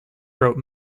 wrote